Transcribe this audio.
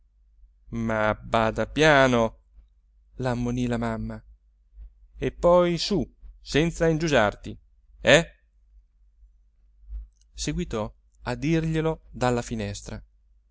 ma bada piano la ammonì la mamma e poi su senza indugiarti eh seguitò a dirglielo dalla finestra